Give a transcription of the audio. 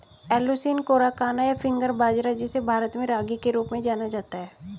Eleusine coracana, या finger बाजरा, जिसे भारत में रागी के रूप में जाना जाता है